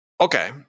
Okay